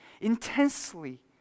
Intensely